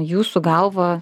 jūsų galva